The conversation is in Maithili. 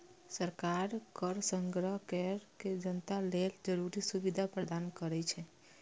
सरकार कर संग्रह कैर के जनता लेल जरूरी सुविधा प्रदान करै छै